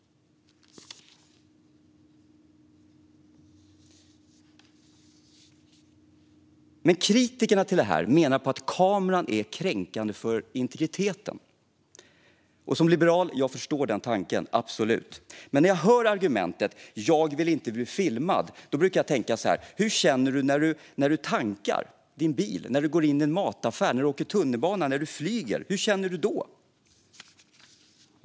Men kritikerna menar att kameran kränker integriteten. Som liberal förstår jag absolut den tanken. Men när jag hör argumentet "jag vill inte bli filmad" brukar jag tänka: Hur känner du när du tankar din bil, när du går in i en mataffär, när du åker tunnelbana eller när du flyger? Hur känner du då?